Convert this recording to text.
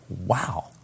wow